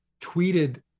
tweeted